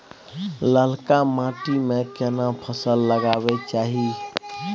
ललका माटी में केना फसल लगाबै चाही?